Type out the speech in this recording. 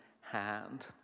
hand